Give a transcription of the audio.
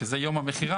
שזה יום המכירה,